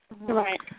Right